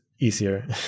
easier